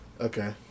Okay